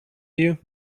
you